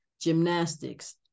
gymnastics